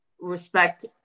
respect